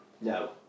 No